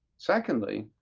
secondly,